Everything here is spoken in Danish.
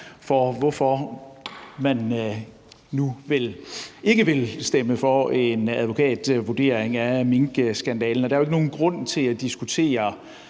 for, hvorfor man nu ikke vil stemme for en advokatvurdering af minkskandalen. Og der er jo ikke nogen grund til i den her